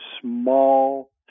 small